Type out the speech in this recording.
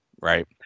right